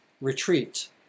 retreat